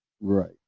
Right